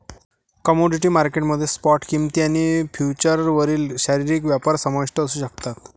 commodity market मध्ये spot किंमती आणि फ्युचर्सवरील शारीरिक व्यापार समाविष्ट असू शकतात